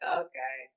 okay